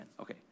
Okay